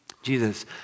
Jesus